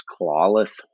clawless